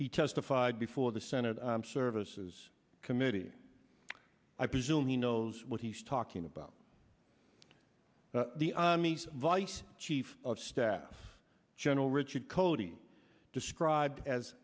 he testified before the senate armed services committee i presume he knows what he's talking about the army's vice chief of staff general richard cody described as